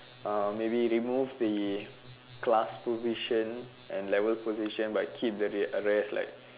maybe remove the class position and level position but keep the other rest like